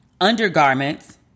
undergarments